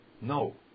No